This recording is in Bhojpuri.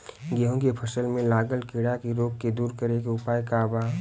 गेहूँ के फसल में लागल कीड़ा के रोग के दूर करे के उपाय का बा?